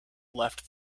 left